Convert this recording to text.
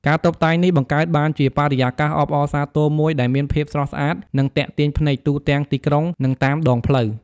ការតុបតែងនេះបង្កើតបានជា បរិយាកាសអបអរសាទរ មួយដែលមានភាព ស្រស់ស្អាត និង ទាក់ទាញភ្នែក ទូទាំងទីក្រុង និងតាមដងផ្លូវ។